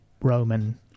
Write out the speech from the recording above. roman